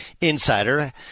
insider